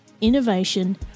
innovation